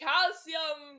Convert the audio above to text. Calcium